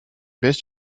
baisse